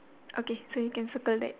okay so you can circle that